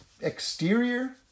exterior